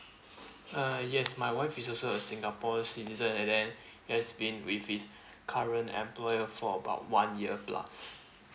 uh yes my wife is also a singapore citizen and then has been with his current employer for about one year plus